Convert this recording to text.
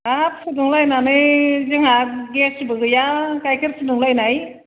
दा फुदुंलायनानै जोंहा गेसबो गैया गाइखेर फुदुंलायनाय